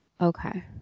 Okay